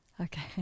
Okay